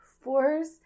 fours